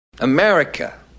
America